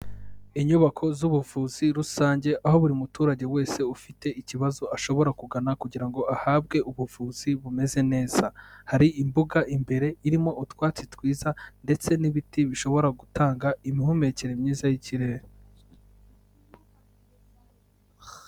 Inyubako z'ubuvuzi rusange aho buri muturage wese ufite ikibazo ashobora kugana kugira ngo ahabwe ubuvuzi bumeze neza, hari imbuga imbere irimo utwatsi twiza ndetse n'ibiti bishobora gutanga imihumekere myiza y'ikirere.